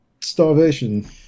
starvation